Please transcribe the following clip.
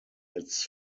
its